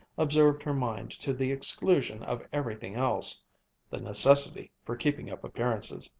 absorbed her mind to the exclusion of everything else the necessity for keeping up appearances.